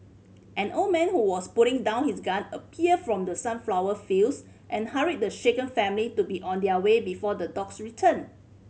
an old man who was putting down his gun appeared from the sunflower fields and hurried the shaken family to be on their way before the dogs return